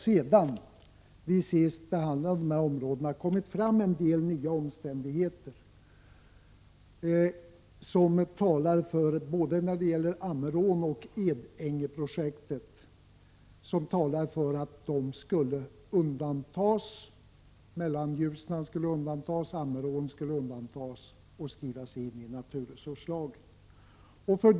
Sedan vi sist behandlade detta område har det kommit fram en del nya omständigheter både när det gäller Ammerån och Edängeprojektet som talar för att Ammerån och Mellanljusnan skall undantas och skrivas in i naturresurslagen.